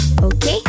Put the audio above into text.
Okay